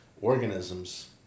organisms